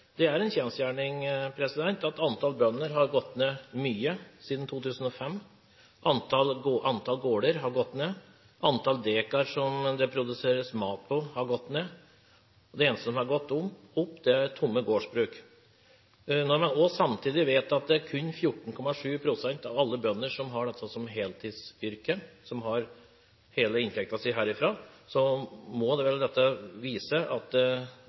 Det er en kjensgjerning at antall bønder har gått mye ned siden 2005. Antall gårder har gått ned. Antall dekar som det produseres mat på, har gått ned. Det eneste som har gått opp, er antall tomme gårdsbruk. Når man òg samtidig vet at det kun er 14 pst. av alle bønder som har dette som heltidsyrke – som har hele inntekten sin herfra – må dette vel vise at